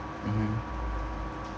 mmhmm